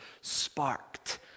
sparked